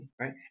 right